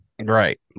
Right